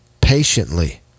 patiently